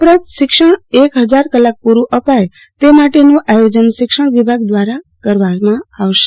ઉપરાંત શિક્ષણ એક ફજાર કલાક પુરૂ અપાય તે માટેનું આયોજન શિક્ષણ વિભાગ દ્રારા કરાશે